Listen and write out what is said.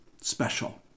special